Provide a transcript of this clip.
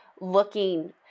looking